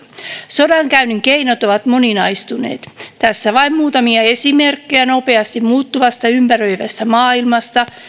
sodankäynnin keinot ovat moninaistuneet tässä vain muutamia esimerkkejä nopeasti muuttuvasta ympäröivästä maailmasta